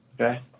Okay